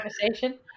conversation